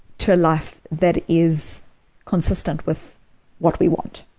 to a life that is consistent with what we want?